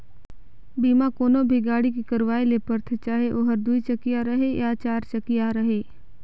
बीमा कोनो भी गाड़ी के करवाये ले परथे चाहे ओहर दुई चकिया रहें या चार चकिया रहें